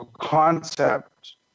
concept